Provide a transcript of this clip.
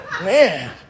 Man